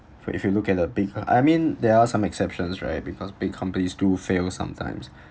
for if you look at the big I mean there are some exceptions right because big companies do fail sometimes